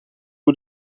hoe